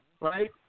Right